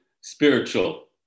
spiritual